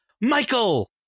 Michael